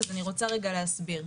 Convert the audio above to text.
אז אני רוצה רגע להסביר.